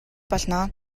болно